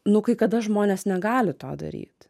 nu kai kada žmonės negali to daryt